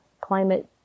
climate